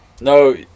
No